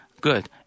good